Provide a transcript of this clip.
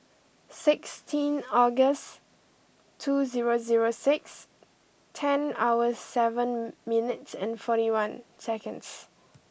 sixteen August two zero zero six ten hour seven minutes and forty one seconds